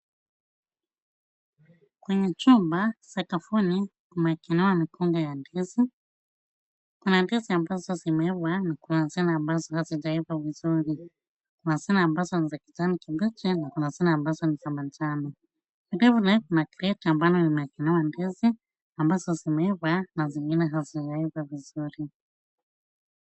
Kwenye chumba sakafuni kumeachiliwa mikunga ya ndizi. Kuna ndizi ambazo zimeiva na kuna zile ambazo hazijaiva vizuri. Kuna zile ambazo ni za kijani kibichi na kuna zile ambazo ni za majano. Vilevile kuna kreti ambazo zimetolewa ndizi ambazo zimeiva na zingine hazijaiva vizuri.